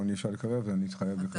השכלת